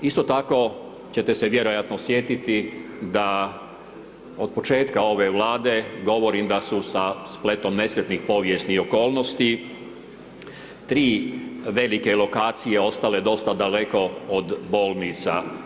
Isto tako, ćete se vjerojatno sjetiti da od početka ove Vlade govorim da su sa spletom nesretnih povijesnih okolnosti tri velike lokacije ostale dosta daleko od bolnica.